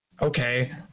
okay